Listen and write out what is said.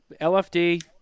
LFD